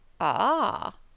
Ah